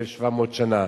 1,700 שנה.